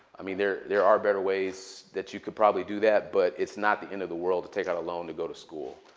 i mean there there are better ways that you could probably do that. but it's not the end of the world to take out a loan to go to school,